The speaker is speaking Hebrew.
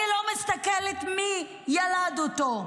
אני לא מסתכלת מי ילד אותו.